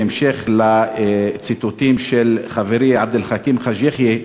בהמשך לציטוטים של חברי עבד אל חכים חאג' יחיא,